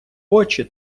очі